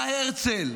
מה הרצל,